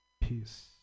Peace